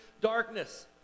darkness